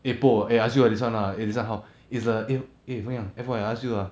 eh poh eh I ask you ah this [one] ah eh this [one] how is err eh eh why ah eh I ask you ah